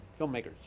filmmakers